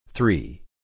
Three